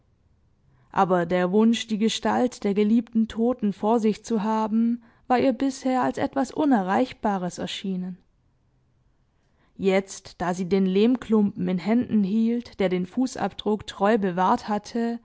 aber der wunsch die gestalt der geliebten toten vor sich zu haben war ihr bisher als etwas unerreichbares erschienen jetzt da sie den lehmklumpen in händen hielt der den fußabdruck treu bewahrt hatte